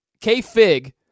K-Fig